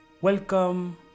Welcome